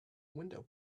window